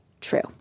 True